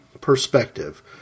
perspective